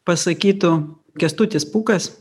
pasakytų kęstutis pūkas